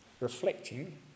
reflecting